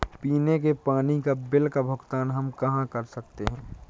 पीने के पानी का बिल का भुगतान हम कहाँ कर सकते हैं?